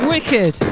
Wicked